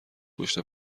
پشت